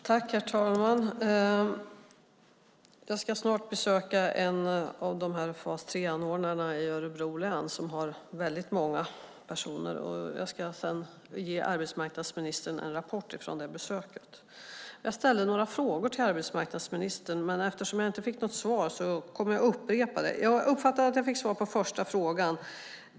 Herr talman! Jag ska snart besöka en av fas 3-anordnarna i Örebro län, och jag ska sedan ge arbetsmarknadsministern en rapport från det besöket. Jag ställde några frågor till arbetsmarknadsministern, men eftersom jag inte fick några svar kommer jag att upprepa dem. Jag uppfattade att jag fick svar på första frågan.